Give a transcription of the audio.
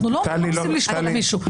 לא מחפשים לשפוט מישהו.